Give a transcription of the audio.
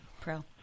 Pro